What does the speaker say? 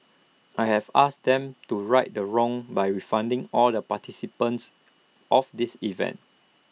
I have asked them to right the wrong by refunding all the participants of this event